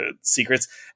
secrets